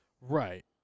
Right